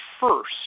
first